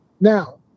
Now